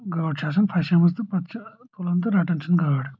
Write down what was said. گٲڑ چھِ آسان پھسیمٕژ تہٕ پتہٕ چھِ تُلن تہٕ رٹان چھِ گٲڑ